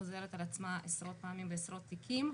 חוזרת על עצמה עשרות פעמים בעשרות תיקים.